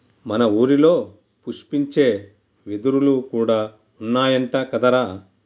మన ఊరిలో పుష్పించే వెదురులు కూడా ఉన్నాయంట కదరా